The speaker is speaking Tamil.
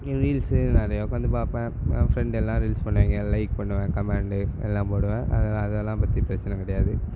இது ரீல்ஸு நிறையா உட்காந்து பார்ப்பேன் என் ஃப்ரெண்டெல்லாம் ரீல்ஸு பண்ணுவாங்க லைக் பண்ணுவேன் கமெண்டு எல்லாம் போடுவேன் அதெல்லாம் அதெல்லாம் பற்றி பிரச்சனை கிடையாது